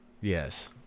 Yes